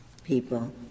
people